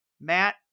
Matt